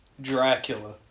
Dracula